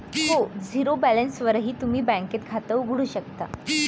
हो, झिरो बॅलन्सवरही तुम्ही बँकेत खातं उघडू शकता